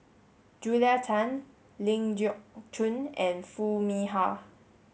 Julia Tan Ling Geok Choon and Foo Mee Har